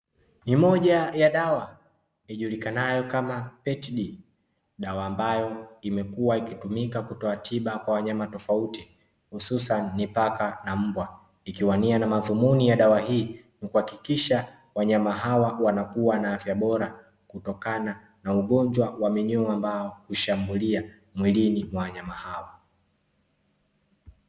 Ni moja ya dawa ijulikanayo kama "PET D" dawa ambayo imekuwa ikitumika kutoa tiba kwa wanyama tofauti hususani paka na mbwa, ikiwa nia na madhumuni ya dawa hiii ni kuhakikisha wanyama wanakua na afya bora kutokana na ugonjwa wa minyoo ambayo hushambulia mwilini mwa wanyama hao.